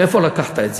מאיפה לקחת את זה?